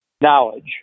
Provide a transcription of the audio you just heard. Knowledge